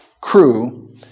crew